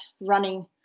running